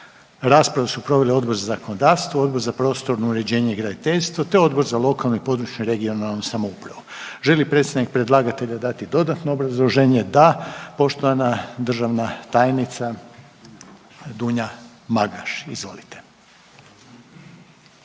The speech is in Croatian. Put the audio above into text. Raspravu su proveli Odbor za zakonodavstvo, Odbor za prostorno uređenje i graditeljstvo te Odbor za lokalnu i područnu (regionalnu) samoupravu. Želi li predstavnik predlagatelja dati dodatno obrazloženje? Da. Poštovana državni tajnica Dunja Magaš, izvolite.